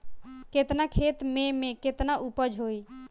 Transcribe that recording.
केतना खेत में में केतना उपज होई?